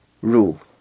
rule